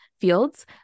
fields